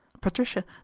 Patricia